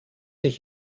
ich